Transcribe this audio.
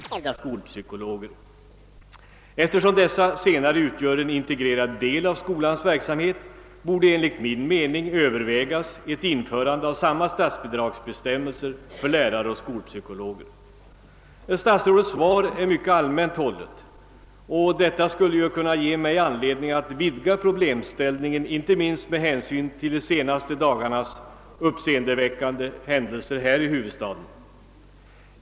Herr talman! Jag tackar statsrådet Moberg för det i flera avseenden intressanta svaret. Jag har ställt en konkret fråga huruvida statsrådet överväger några åtgärder för att förbättra kommunernas möjligheter att bygga upp en tillfredsställande elevvård i våra skolor. I min interpellation framhöll jag det som otillfredsställande att statsbidrag för skolpsykologisk verksamhet endast utgår på nedsättningstimmar men icke för heltidsanställda skolpsykologer. Eftersom dessa senare utgör en integrerad del av skolans verksamhet borde enligt min mening övervägas ett införande av samma statsbidragsbestämmelser för lärare och skolpsykologer. Statsrådets svar är mycket allmänt hållet, och det skulle ju kunna ge mig anledning att vidga problemställningen, inte minst med hänsyn till de senaste dagarnas uppseendeväckande händelser här i huvudstaden.